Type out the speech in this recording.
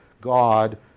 God